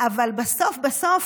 אבל בסוף בסוף,